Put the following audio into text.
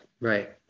right